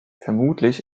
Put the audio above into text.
vermutlich